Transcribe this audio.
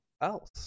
else